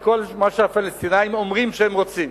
את כל מה שהפלסטינים אומרים שהם רוצים.